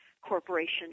Corporation